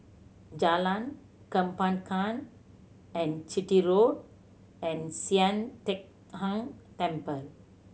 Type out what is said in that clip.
Jalan Kembangan and Chitty Road and Sian Teck Tng Temple